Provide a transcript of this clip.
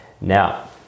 now